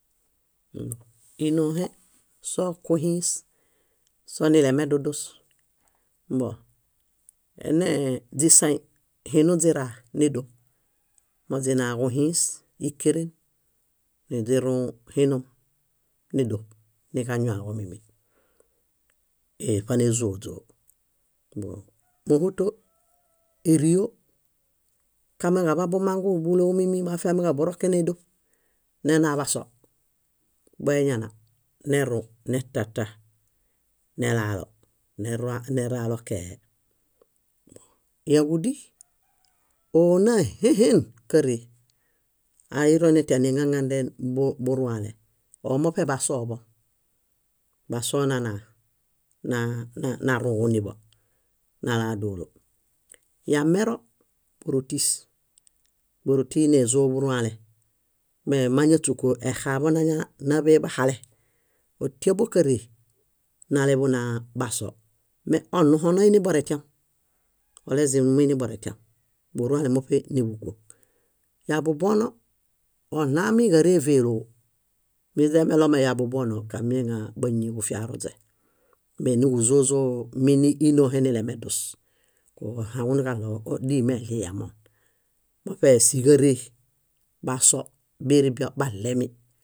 Ínoohe sokuhĩs sonilemedudus mbõ enee zisaĩ źira nédoṗ moźinaġuhĩs éheren niźirũ hinum, nédoṗ, niġañuaġo mími éeṗanezoźoo. Móhuto, ério, kamiġaḃabumangu búlomemi mafiamiġaɭo buroken nédoṗ, nenaḃaso, boeñana netata, nelaalo, neralokee. Yáġudi, óonahehen áiro netiam niŋaŋanden burũale. Oo moṗeḃasoḃom, basonanaa na- naruġuniḃo nalaa dóolo. Yamero, bórotis, bórotiinezoḃurũale mee máñaśuku exaḃõ náḃe bahale, ótiabokaree naleḃunaa baso. Me oɭũho noini boretiam, olezim numuiniboretiam, burũale muṗe núḃuguoŋ. Yabubono, ónaamiġareeveloo, miźemeɭo yabubono kamieŋa báñiġufiruźe méniġuzozoo míniinoohe nilemedus kuhaŋunuġaɭo dimeɭieźamon, muṗe síġaree, baso biribio baɭemi